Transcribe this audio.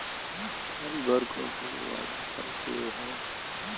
fibre क गुण वाला फल सेव हौ